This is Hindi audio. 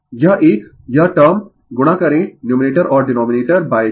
यह एक यह टर्म गुणा करें न्यूमरेटर और डीनोमिनेटर j